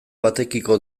batekiko